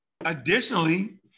additionally